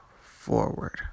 forward